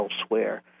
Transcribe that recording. elsewhere